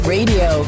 Radio